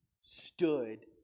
stood